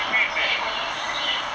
she go uni she got no C_C_A